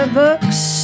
books